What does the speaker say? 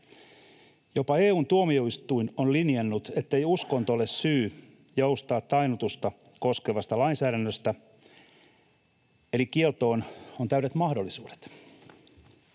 Jopa EU:n tuomioistuin on linjannut, ettei uskonto ole syy joustaa tainnutusta koskevasta lainsäädännöstä, eli kieltoon on täydet mahdollisuudet.